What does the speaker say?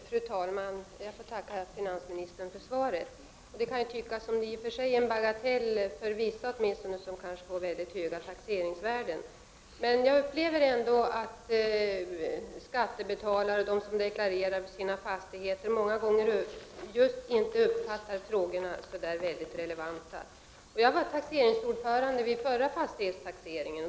Fru talman! Jag får tacka finansministern för svaret. Det kan tyckas som en bagatell, åtminstone för vissa, som får mycket höga taxeringsvärden, men jag upplever ändå att de skattebetalare som deklarerar sina fastigheter många gånger inte uppfattar frågorna som särskilt relevanta. Jag var taxeringsordförande vid förra fastighetstaxeringen.